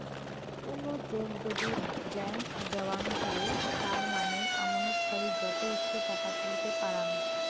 কুনো চেক যদি ব্ল্যান্ক দেওয়াঙ হই তার মানে আমানতকারী যত ইচ্ছে টাকা তুলতে পারাং